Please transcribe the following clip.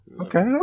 Okay